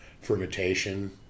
fermentation